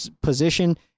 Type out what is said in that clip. position